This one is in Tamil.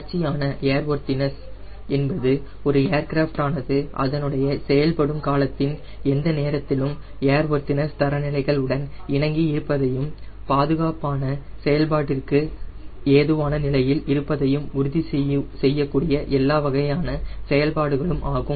தொடர்ச்சியான ஏர்வொர்த்தினஸ் என்பது ஒரு ஏர்கிராஃப்ட் ஆனது அதனுடைய செயல்படும் காலத்தின் எந்த நேரத்திலும் ஏர்வொர்த்தினஸ் தரநிலைகள் உடன் இணங்கி இருப்பதையும் பாதுகாப்பான செயல்பாட்டிற்கு ஏதுவான நிலையில் இருப்பதையும் உறுதி செய்யக்கூடிய எல்லா வகையான செயல்பாடுகளும் ஆகும்